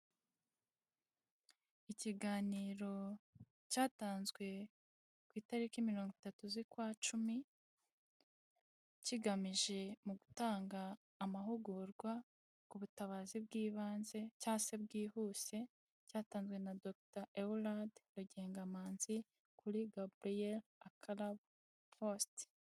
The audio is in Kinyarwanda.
Ikiganiro cyatanzwe ku itariki mirongo itatu z'ukwacuumi, kigamije gutanga amahugurwa ku ubutabazi bw'ibanze cya se bwihuse, cyatanzwe na dogita Eulade Rugengamanzi kuri Gaburiyeri akarabo posite.